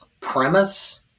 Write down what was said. premise